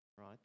right